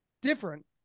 different